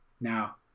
Now